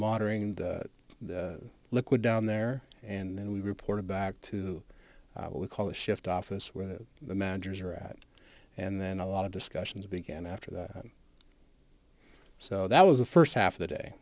moderating the liquid down there and then we reported back to what we call a shift office where the managers are at and then a lot of discussions began after that so that was the first half of the day